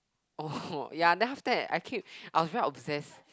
oh ya then after that I keep I was very obsessed